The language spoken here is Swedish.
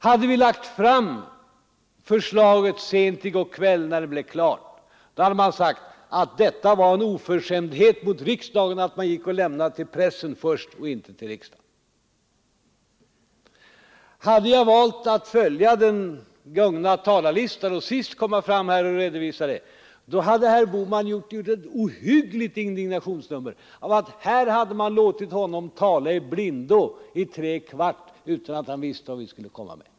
Hade vi lagt fram förslaget sent i går kväll, när det blev klart, hade han sagt att det var en oförskämdhet mot riksdagen att vi lämnade förslaget till pressen först och inte till riksdagen. Hade jag valt att följa talarlistan och komma fram sist med min redovisning, då hade herr Bohman gjort ett ohyggligt indignationsnummer av att här hade man låtit honom tala i blindo i trekvart utan att han visste vad vi skulle komma med.